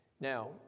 Now